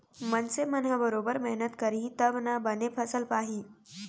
मनसे मन ह बरोबर मेहनत करही तब ना बने फसल पाही